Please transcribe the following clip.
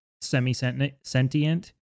semi-sentient